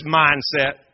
mindset